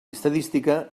estadística